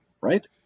right